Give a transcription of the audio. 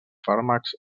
fàrmacs